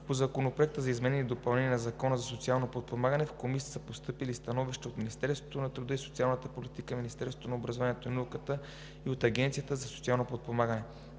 По Законопроекта за изменение и допълнение на Закона за социално подпомагане в Комисията са постъпили становища от Министерството на труда и социалната политика, от Министерството на образованието и науката и от Агенцията за социално подпомагане.